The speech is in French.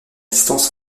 distance